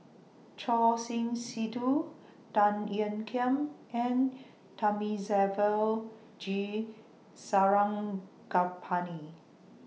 Choor Singh Sidhu Tan Ean Kiam and Thamizhavel G Sarangapani